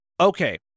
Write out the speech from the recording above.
okay